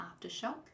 AfterShock